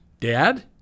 Dad